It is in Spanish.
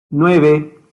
nueve